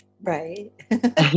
Right